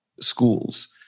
schools